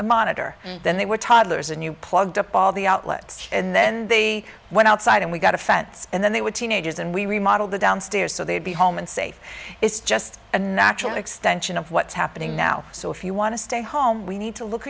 a monitor then they were toddlers and you plugged up all the outlets and then they went outside and we got a fence and then they were teenagers and we remodeled the downstairs so they'd be home and safe it's just a natural extension of what's happening now so if you want to stay home we need to look